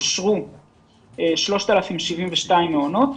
אושרו 3,072 מעונות.